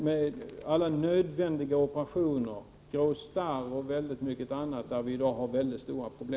Vi har i dag väldigt stora problem med alla nödvändiga operationer — grå starr och mycket annat.